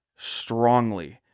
strongly